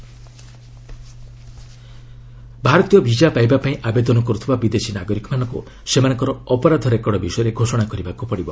India visa ଭାରତୀୟ visa ପାଇବା ପାଇଁ ଆବେଦନ କରୁଥିବା ବିଦେଶୀ ନାଗରିକମାନଙ୍କ ସେମାନଙ୍କର ଅପରାଧ ରେକର୍ଡ ବିଷୟରେ ଘୋଷଣା କରିବାକୁ ପଡ଼ିବ